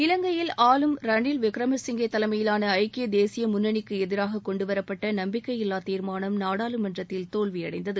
இலங்கையில் ஆளும் ரனில் விக்ரமசிங்கே தலைமையிலான ஐக்கிய தேசிய முன்னணிக்கு எதிராக கொண்டு வரப்பட்ட நம்பிக்கையில்லா தீர்மானம் நாடாளுமன்றத்தில் தோல்வியடைந்தது